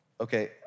Okay